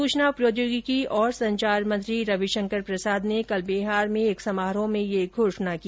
सूचना प्रौद्योगिकी और संचार मंत्री रविशंकर प्रसाद ने कल बिहार में एक समारोह में यह घोषणा की